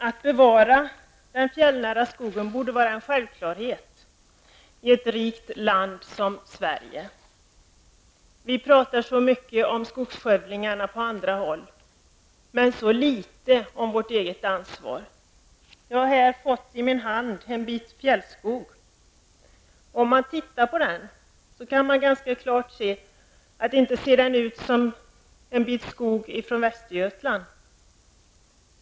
Att bevara den fjällnära skogen borde vara en självklarhet i ett rikt land som Sverige. Vi pratar mycket om skogsskövlingar på andra håll, men så litet om vårt eget ansvar. Jag har här i min hand en bit fjällskog. Om man tittar på den kan man klart se att det inte är en bit skog från Västergötland.